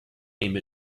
name